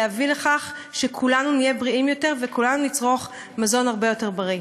להביא לכך שכולנו נהיה בריאים יותר וכולנו נצרוך מזון הרבה יותר בריא.